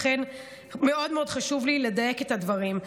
לכן, מאוד מאוד חשוב לי לדייק את הדברים.